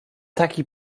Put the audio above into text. taki